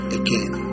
again